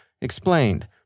explained